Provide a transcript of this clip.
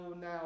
now